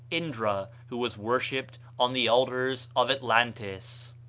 indra, who was worshipped on the altars of atlantis.